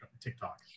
TikTok